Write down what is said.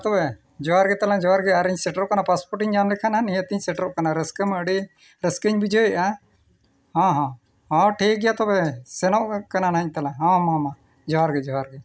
ᱢᱟ ᱛᱚᱵᱮ ᱡᱚᱦᱟᱨ ᱜᱮ ᱛᱟᱦᱞᱮ ᱡᱚᱦᱟᱨ ᱜᱮ ᱟᱨᱤᱧ ᱥᱮᱴᱮᱨᱚᱜ ᱠᱟᱱᱟ ᱤᱧ ᱧᱟᱢ ᱞᱮᱠᱷᱟᱡ ᱱᱟᱦᱟᱜ ᱱᱤᱦᱟᱹᱛ ᱤᱧ ᱥᱮᱴᱮᱨᱚᱜ ᱠᱟᱱᱟ ᱨᱟᱹᱥᱠᱟᱹ ᱢᱟ ᱟᱹᱰᱤ ᱨᱟᱹᱥᱠᱟᱹᱧ ᱵᱩᱡᱷᱟᱹᱣᱮᱫᱼᱟ ᱦᱮᱸ ᱦᱮᱸ ᱦᱮᱸ ᱴᱷᱤᱠ ᱜᱮᱭᱟ ᱛᱚᱵᱮ ᱥᱮᱱᱚᱜ ᱠᱟᱱᱟᱧ ᱛᱚᱵᱮ ᱦᱮᱸ ᱢᱟ ᱢᱟ ᱡᱚᱦᱟᱨ ᱜᱮ ᱡᱚᱦᱟᱨ ᱜᱮ